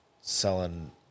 selling